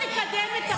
אתה תקדם את החוק,